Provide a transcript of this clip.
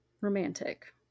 romantic